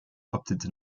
opted